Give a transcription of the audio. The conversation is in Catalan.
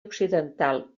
occidental